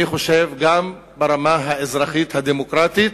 אני חושב, גם ברמה האזרחית הדמוקרטית